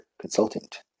consultant